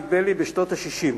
נדמה לי בשנות ה-60.